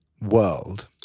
world